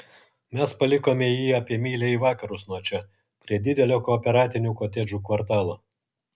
mes palikome jį apie mylią į vakarus nuo čia prie didelio kooperatinių kotedžų kvartalo